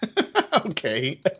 Okay